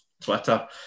Twitter